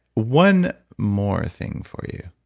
one more thing for you.